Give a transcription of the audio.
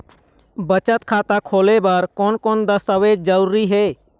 बचत खाता खोले बर कोन कोन दस्तावेज जरूरी हे?